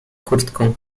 kurtką